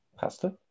pasta